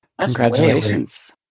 Congratulations